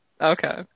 Okay